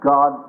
God